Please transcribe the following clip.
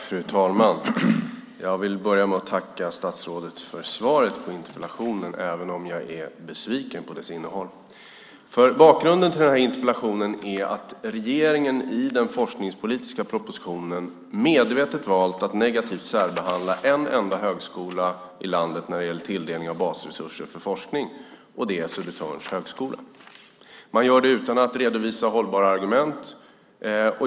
Fru talman! Jag tackar statsrådet för svaret på interpellationen även om jag är besviken på dess innehåll. Bakgrunden till min interpellation är att regeringen i den forskningspolitiska propositionen medvetet valt att negativt särbehandla en enda högskola i landet när det gäller tilldelning av basresurser för forskning. Det är Södertörns högskola. Man gör det utan att redovisa hållbara argument.